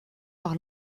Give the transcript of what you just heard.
par